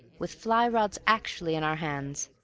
with fly-rods actually in our hands.